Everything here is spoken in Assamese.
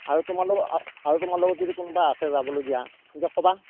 আৰু তোমাৰ লগত আৰু তোমাৰ লগত যদি কোনোবা আছে যাবলগীয়া ক'বা